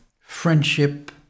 friendship